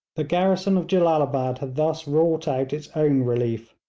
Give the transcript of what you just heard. the garrison of jellalabad had thus wrought out its own relief.